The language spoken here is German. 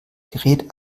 gerät